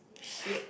shit